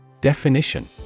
Definition